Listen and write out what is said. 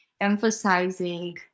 emphasizing